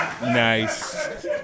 Nice